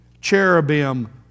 cherubim